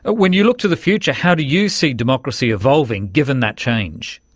ah when you look to the future how do you see democracy evolving, given that change?